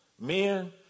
men